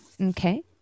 Okay